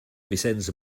vicenç